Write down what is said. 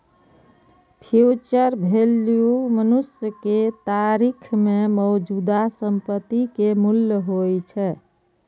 future value भविष्य के तारीख मे मौजूदा संपत्ति के मूल्य होइ छै